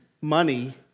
money